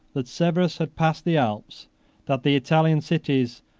that severus had passed the alps that the italian cities,